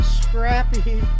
scrappy